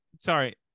Sorry